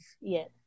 Yes